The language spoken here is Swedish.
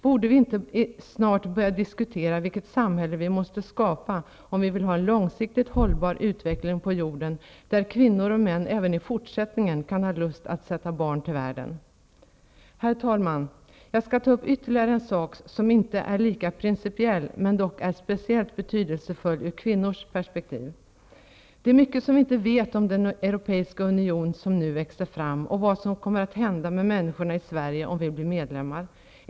Borde vi inte börja diskutera vilket samhälle vi måste skapa om vi vill ha en långsiktigt hållbar utveckling på jorden, där kvinnor och män även i fortsättningen kan ha lust att sätta barn till världen? Herr talman! Jag skall ta upp ytterligare en sak, som inte är lika principiell, men dock är speciellt betydelsefull ur kvinnors perspektiv. Det är mycket som vi inte vet om den europeiska union som nu växer fram, och om vad som kommer att hända med människorna i Sverige om vi blir medlemmar.